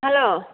hello